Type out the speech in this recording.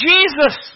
Jesus